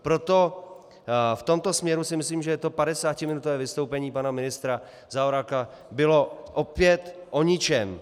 Proto v tomto směru si myslím, že to padesátiminutové vystoupení pana ministra Zaorálka bylo opět o ničem.